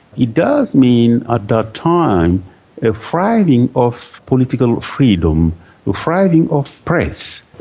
it does mean at that time a thriving of political freedom, a thriving of press.